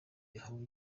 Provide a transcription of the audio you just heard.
aho